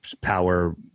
power